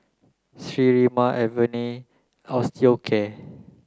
Sterimar Avene Osteocare